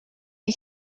you